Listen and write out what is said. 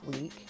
week